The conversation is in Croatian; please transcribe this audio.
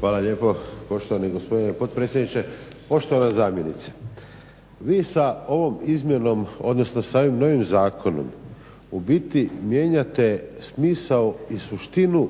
Hvala lijepo poštovani gospodine potpredsjedniče. Poštovana zamjenice vi sa ovom izmjenom, odnosno sa ovim novim zakonom u biti mijenjate smisao i suštinu